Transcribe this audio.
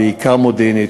בעיקר מודיעינית,